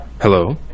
hello